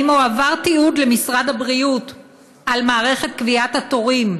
האם הועבר תיעוד למשרד הבריאות על מערכת קביעת התורים,